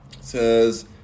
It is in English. says